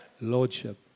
Lordship